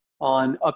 on